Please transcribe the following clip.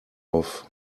off